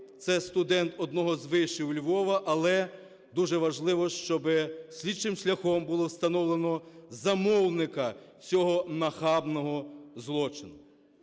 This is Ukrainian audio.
Це студент одного з вишів Львова. Але дуже важливо, щоби слідчим шляхом було встановлено замовника цього нахабного злочину.